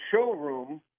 showroom